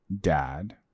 dad